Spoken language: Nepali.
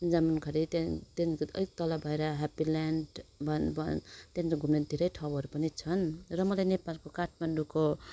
जामुनखारी त्यहाँ त्यहाँदेखिको अलिक तल भएर ह्याप्पी ल्यान्ड भन भन त्यहाँनिर घुम्नु धेरै ठाउँहरू पनि छन् र मलाई नेपालको काठमाडौँको